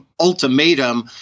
ultimatum